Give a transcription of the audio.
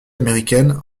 américaine